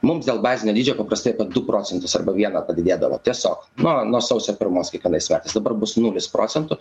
mums dėl bazinio dydžio paprastai apie du procentus arba vieną padidėdavo tiesiog nu nuo sausio pirmos kiekvienais metais dabar bus nulis procentų